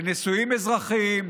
לנישואים אזרחיים,